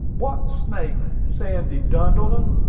what snake, sandy duddleton?